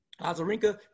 Azarenka